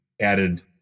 added